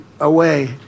away